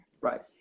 Right